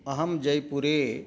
अहं जयपुरे